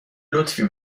لطفی